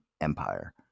Empire